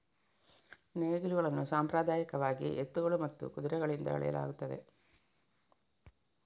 ನೇಗಿಲುಗಳನ್ನು ಸಾಂಪ್ರದಾಯಿಕವಾಗಿ ಎತ್ತುಗಳು ಮತ್ತು ಕುದುರೆಗಳಿಂದ ಎಳೆಯಲಾಗುತ್ತದೆ